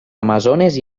amazones